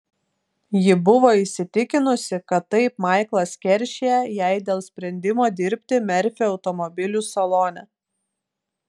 ji buvo įsitikinusi kad taip maiklas keršija jai dėl sprendimo dirbti merfio automobilių salone